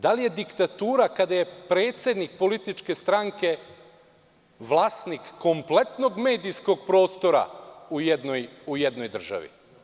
Da li je diktatura kada je predsednik političke stranke vlasnik kompletnog medijskog prostora u jednoj državi?